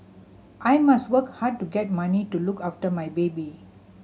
I must work hard to get money to look after my baby